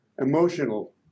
emotional